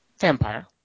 Vampire